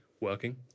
working